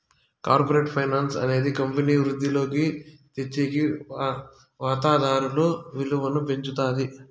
corporate finance అనేది కంపెనీకి వృద్ధిలోకి తెచ్చేకి వాతాదారుల విలువను పెంచుతాది